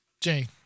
Jay